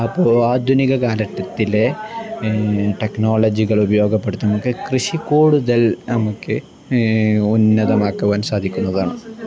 അപ്പോൾ ആധുനിക കാലഘട്ടത്തിൽ ടെക്നോളജികൾ ഉപയോഗപ്പെടുത്തുന്ന നമുക്ക് കൃഷി കൂടുതൽ നമുക്ക് ഉന്നതമാക്കുവാൻ സാധിക്കുന്നതാണ്